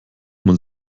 man